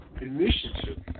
initiative